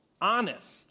Honest